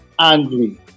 angry